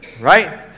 right